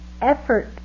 effort